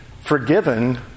Forgiven